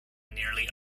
nearly